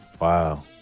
Wow